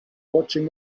watching